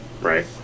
Right